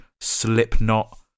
Slipknot